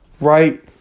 right